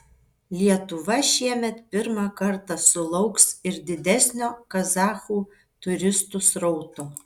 lietuva šiemet pirmą kartą sulauks ir didesnio kazachų turistų srauto